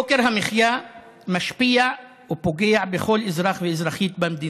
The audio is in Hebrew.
יוקר המחיה משפיע ופוגע בכל אזרח ואזרחית במדינה,